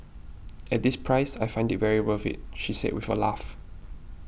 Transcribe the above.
at this price I find it very worth it she said with a laugh